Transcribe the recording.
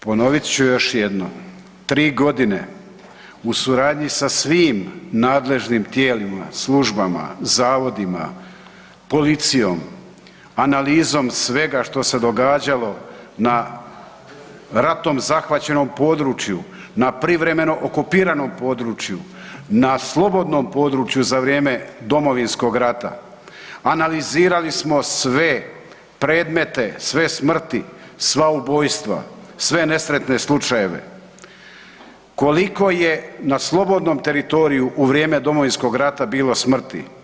Ponovit ću još jednom, tri godine u suradnji sa svim nadležnim tijelima, službama, zavodima, policijom, analizom svega što se događalo na ratom zahvaćenom području, na privremeno okupiranom području, na slobodnom području za vrijeme Domovinskog rata, analizirali smo sve predmete, sve smrti, sva ubojstva, sve nesretne slučajeve koliko je na slobodnom teritoriju u vrijeme Domovinskog rata bilo smrti.